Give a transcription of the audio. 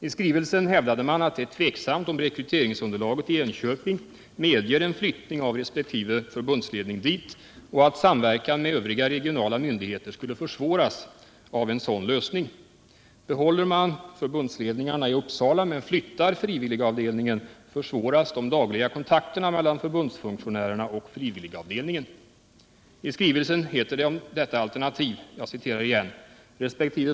I skrivelsen hävdar man att det är tveksamt om rekryteringsunderlaget i Enköping medger en flyttning av resp. förbundsledning dit och att samverkan med övriga regionala myndigheter skulle försvåras av en sådan lösning. Behåller man förbundsledningarna i Uppsala men flyttar frivilligavdelningen försvåras de dagliga kontakterna mellan förbundsfunktionärerna och frivilligavdelningen. I skrivelsen heter det om detta alternativ: ”Resp.